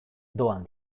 doan